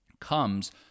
comes